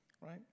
right